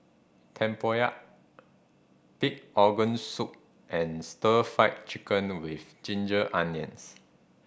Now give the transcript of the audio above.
tempoyak pig organ soup and Stir Fry Chicken with ginger onions